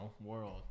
world